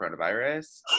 coronavirus